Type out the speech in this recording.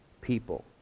people